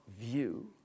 view